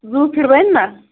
زوٗفِڈ بَنہِ نا